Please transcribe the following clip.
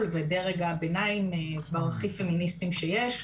ולזה שדרג הביניים הם הכי פמיניסטיים שיש.